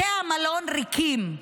בתי בתי המלון ריקים.